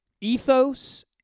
ethos